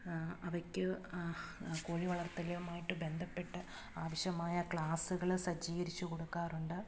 അവയ്ക്ക് കോഴിവളർത്തലുമായിട്ട് ബന്ധപ്പെട്ട് ആവശ്യമായ ക്ലാസ്സുകൾ സജ്ജീകരിച്ച് കൊടുക്കാറുണ്ട്